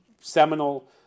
seminal